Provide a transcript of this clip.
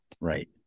Right